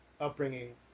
upbringing